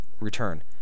return